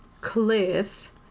cliff